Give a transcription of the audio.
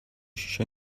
شیشه